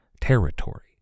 territory